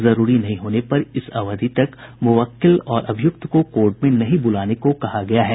जरूरी नहीं होने पर इस अवधि तक मुवक्किल और अभियुक्त को कोर्ट में नहीं बुलाने को कहा गया है